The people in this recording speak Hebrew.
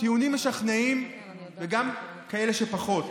לטיעונים משכנעים וגם כאלה שפחות,